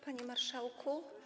Panie Marszałku!